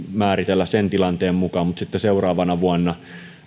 määritellä sen tilanteen mukaan mutta sitten seuraavana vuonna